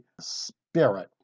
Spirit